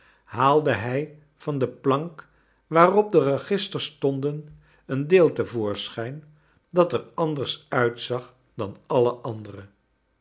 haalde hij van de plank waarop de registers stonden een deel te voorschijn dat er anders uitzag dan alle andere